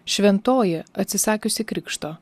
šventoji atsisakiusi krikšto